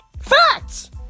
Facts